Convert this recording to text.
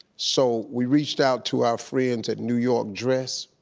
so, we reached out to our friends at new york dress,